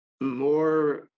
more